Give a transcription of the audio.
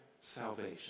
salvation